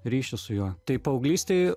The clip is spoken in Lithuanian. ryšį su juo tai paauglystėj